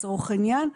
לצורך העניין.